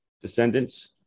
Descendants